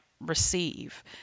receive